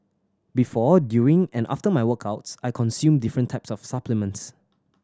before during and after my workouts I consume different types of supplements